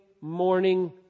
morning